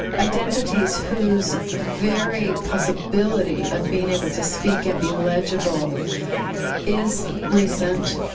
identities whose very possibility of being able to speak and be legible is recent,